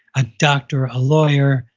a doctor, a lawyer,